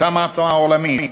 אותה מעצמה עולמית